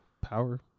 power